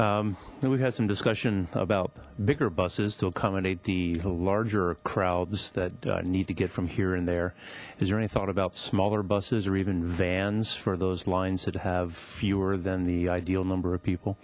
you and we've had some discussion about bigger buses to accommodate the larger crowds that need to get from here and there is there any thought about smaller buses or even vans for those lines that have fewer than the ideal number of people